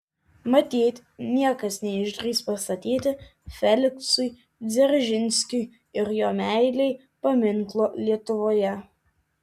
matyt niekas neišdrįs pastatyti feliksui dzeržinskiui ir jo meilei paminklo lietuvoje